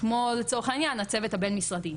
כמו לצורך העניין הצוות הבין-משרדי,